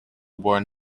born